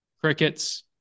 crickets